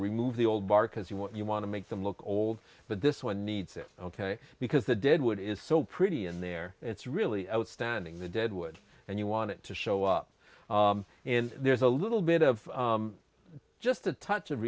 remove the old barca's you want you want to make them look old but this one needs it ok because the dead wood is so pretty in there it's really outstanding the dead wood and you want it to show up and there's a little bit of just a touch of